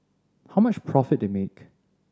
how much profit they make